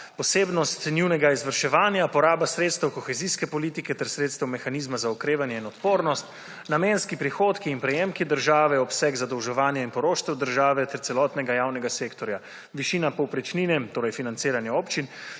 posebnost njunega izvrševanja, poraba sredstev kohezijske politike ter sredstev mehanizma za okrevanje in odpornost, namenski prihodki in prejemki države, obseg zadolževanja in poroštev države ter celotnega javnega sektorja, višina povprečnine, torej financiranja občin,